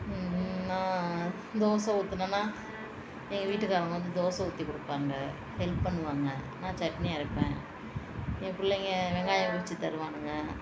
நான் தோசை ஊற்றுனன்னா எங்கள் வீட்டு காரவங்க வந்து தோசை ஊற்றி கொடுப்பாங்க ஹெல்ப் பண்ணுவாங்க நான் சட்னி அரைப்பேன் என் பிள்ளைங்க வெங்காயம் உரித்து தருவானுங்க